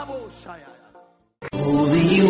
Holy